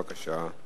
בבקשה.